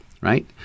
right